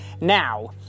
Now